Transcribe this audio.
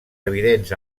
evidents